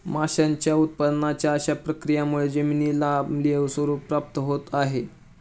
माशांच्या उत्पादनाच्या अशा प्रक्रियांमुळे जमिनीला आम्लीय स्वरूप प्राप्त होत आहे